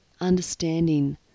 understanding